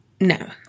No